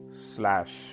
slash